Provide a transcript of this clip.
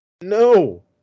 No